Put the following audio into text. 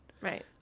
right